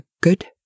good